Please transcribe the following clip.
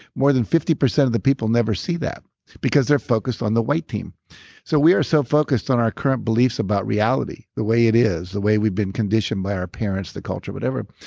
more than fifty percent of the people never see that because they're focused on the white team so, we are so focused on our current beliefs about reality, the way it is, the way we've been conditioned by our parents the culture whatever,